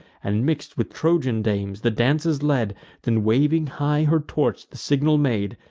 and, mix'd with trojan dames, the dances led then, waving high her torch, the signal made,